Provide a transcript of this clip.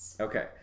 Okay